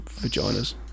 vaginas